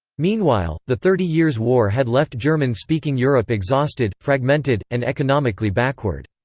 meanwhile, the thirty years' war had left german-speaking europe exhausted, fragmented, and economically backward.